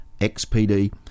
XPD